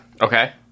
okay